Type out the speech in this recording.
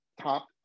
top